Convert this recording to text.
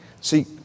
see